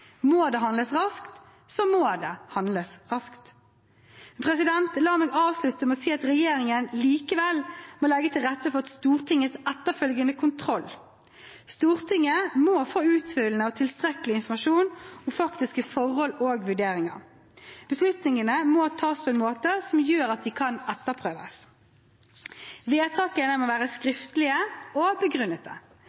Må det handles raskt, så må det handles raskt. La meg avslutte med å si at regjeringen likevel må legge til rette for Stortingets etterfølgende kontroll. Stortinget må få utfyllende og tilstrekkelig informasjon om faktiske forhold og vurderinger. Beslutningene må tas på en måte som gjør at de kan etterprøves. Vedtakene må være